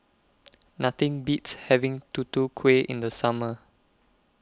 Nothing Beats having Tutu Kueh in The Summer